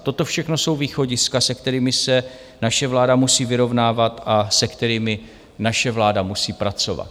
Toto všechno jsou východiska, se kterými se naše vláda musí vyrovnávat a se kterými naše vláda musí pracovat.